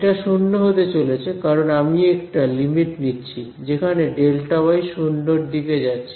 এটা শূন্য হতে চলেছে কারণ আমি একটা লিমিট নিচ্ছি যেখানে Δy 0 এর দিকে যাচ্ছে